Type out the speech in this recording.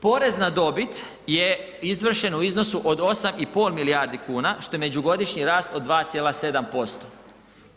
Porez na dobit je izvršen u iznosu od 8,5 milijardi kuna, što je međugodišnji rast od 2,7%